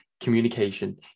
communication